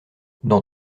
dans